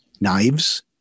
knives